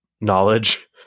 knowledge